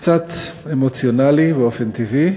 קצת אמוציונלי באופן טבעי,